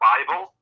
Bible